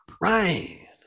Right